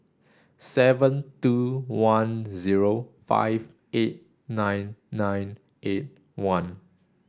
seven two one zero five eight nine nine eight one